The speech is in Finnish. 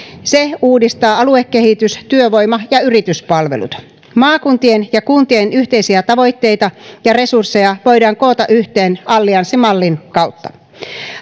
se uudistaa aluekehitys työvoima ja yrityspalvelut maakuntien ja kuntien yhteisiä tavoitteita ja resursseja voidaan koota yhteen allianssimallin kautta